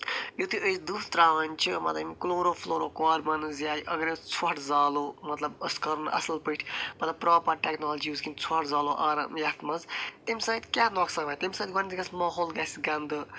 یُتھے أسۍ دٕہ تراوان چھِ مطلب یِم کٕلورو فٕلورو کاربنٕز یا اگر ژھۄٹھ زالو مطلب أسۍ کرو نہٕ اصل پٲٹھۍ مطلب پراپر ٹٮ۪کنالجی یوٗز کہیٖنۍ ژھۄٹھ زالو آرام یتھ منٛز تمہِ سۭتۍ کیٚاہ نۄقصان واتہِ تمہِ سۭتۍ گۄڈنٮ۪ٹھے گژھِ ماحول گژھِ گندٕ